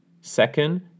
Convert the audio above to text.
second